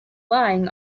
lying